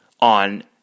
on